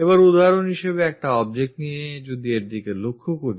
এবার উদাহরণ হিসেবে একটা object নিয়ে এর দিকে লক্ষ্য করি